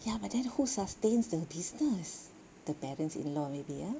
ya but then who sustains her business the parents-in-law maybe ah